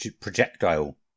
projectile